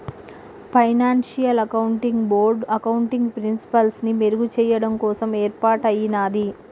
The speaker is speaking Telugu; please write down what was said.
ఫైనాన్షియల్ అకౌంటింగ్ బోర్డ్ అకౌంటింగ్ ప్రిన్సిపల్స్ని మెరుగుచెయ్యడం కోసం యేర్పాటయ్యినాది